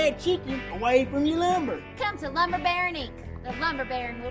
ah chicken away from your lumber! come to lumber baron inc, the lumber baron